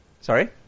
Sorry